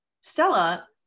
Stella